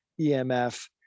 emf